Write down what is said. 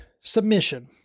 submission